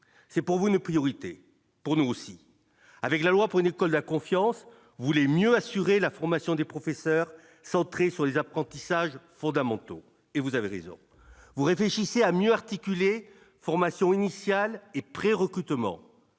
c'est pour vous ne priorité pour nous aussi, avec la loi pour une école de la confiance, vous voulez mieux assurer la formation des professeurs centré sur les apprentissages fondamentaux et vous avez raison, vous réfléchissez à mieux articuler formation initiale et prérecrutement